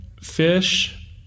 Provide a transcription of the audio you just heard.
fish